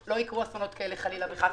שלא יקרו אסונות כאלה חלילה וחס,